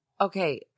okay